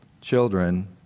children